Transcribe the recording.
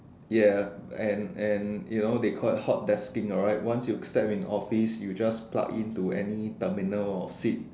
ya and and it they call it hot testing alright once you start in office you just plug into any terminal or fit